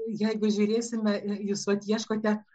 jeigu žiūrėsime jūs vat ieškote